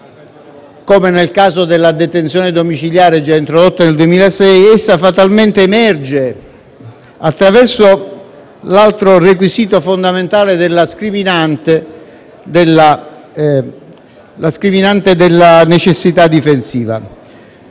come nel caso della detenzione domiciliare già introdotta nel 2006, essa fatalmente emerge attraverso l'altro requisito fondamentale della scriminante della necessità difensiva.